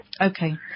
Okay